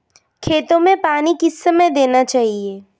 खेतों में पानी किस समय देना चाहिए?